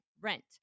rent